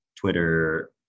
Twitter